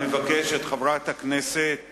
אני מבקש מחברת הכנסת